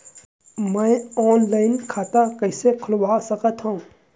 मैं ऑनलाइन खाता कइसे खुलवा सकत हव?